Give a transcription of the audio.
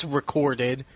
recorded